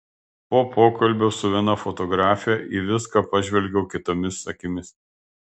po pokalbio su viena fotografe į viską pažvelgiau kitomis akimis